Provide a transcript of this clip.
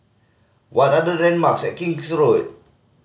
what are the landmarks and King's Road